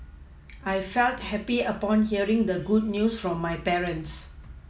I felt happy upon hearing the good news from my parents